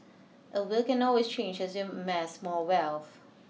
a will can always change as you amass more wealth